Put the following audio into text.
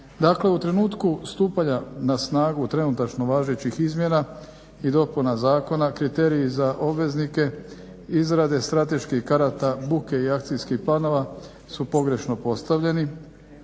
Dakle, u trenutku stupanja na snagu trenutačno važećih izmjena i dopuna zakona kriteriji za obveznike izrade strateških karata buke i akcijskih planova su pogrešno postavljeni,